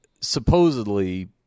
supposedly